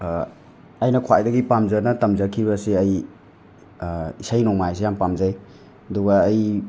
ꯑꯩꯅ ꯈ꯭ꯋꯥꯏꯗꯒꯤ ꯄꯥꯝꯖꯅ ꯇꯝꯖꯈꯤꯕꯁꯦ ꯑꯩ ꯏꯁꯩ ꯅꯣꯡꯃꯥꯏꯁꯤ ꯌꯥꯝ ꯄꯥꯝꯖꯩ ꯑꯗꯨꯒ ꯑꯩ